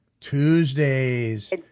Tuesdays